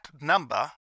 number